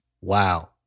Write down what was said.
Wow